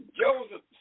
Joseph